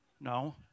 No